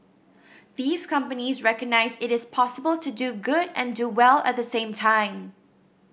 these companies recognise it is possible to do good and do well at the same time